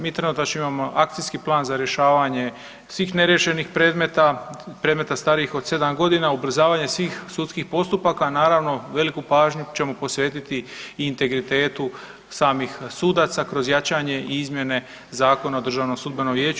Mi trenutačno imamo akcijski plan za rješavanje svih neriješenih predmeta, predmeta starijih od sedam godina, ubrzavanje svih sudskih postupaka a naravno veliku pažnju ćemo posvetiti i integritetu samih sudaca kroz jačanje izmjene Zakona o Državnom sudbenom vijeću,